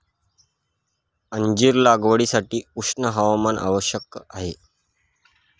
अंजीर लागवडीसाठी उष्ण हवामान आवश्यक आहे